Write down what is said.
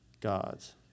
God's